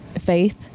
faith